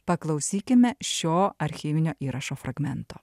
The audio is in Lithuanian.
paklausykime šio archyvinio įrašo fragmento